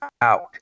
out